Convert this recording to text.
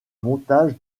montage